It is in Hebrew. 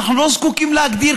אנחנו לא זקוקים להגדיר.